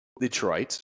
Detroit